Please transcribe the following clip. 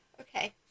Okay